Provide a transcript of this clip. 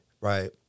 right